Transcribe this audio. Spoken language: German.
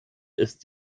ist